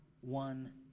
one